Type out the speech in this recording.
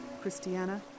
Christiana